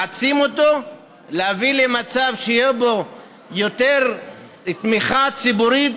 להביא למצב שתהיה בו יותר תמיכה ציבורית